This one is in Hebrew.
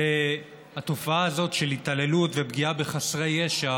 התופעה הזאת של התעללות ופגיעה בחסרי ישע